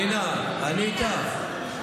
פנינה, אני איתך.